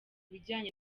bijyanye